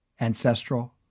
ancestral